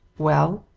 well?